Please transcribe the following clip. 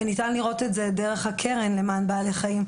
ואפשר לראות את זה דרך הקרן של בעלי החיים,